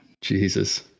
Jesus